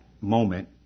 moment